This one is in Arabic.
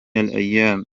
الأيام